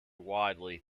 widely